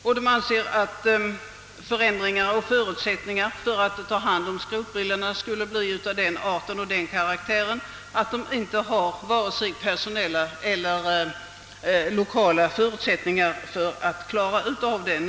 Firman anser att förutsättningarna för att ta hand om skrotbilarna skulle bli av den art .och karaktär att firman inte har vare sig personella eller materiella förutsättningar att för närvarande klara uppgiften.